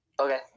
Okay